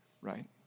right